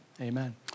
Amen